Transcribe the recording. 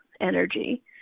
energy